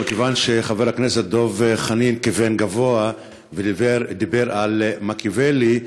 מכיוון שחבר הכנסת דב חנין כיוון גבוה ודיבר על מקיאוולי,